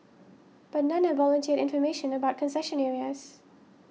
but none have volunteered information about concession areas